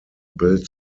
built